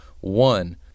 one